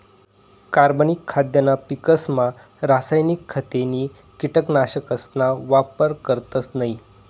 कार्बनिक खाद्यना पिकेसमा रासायनिक खते नी कीटकनाशकसना वापर करतस नयी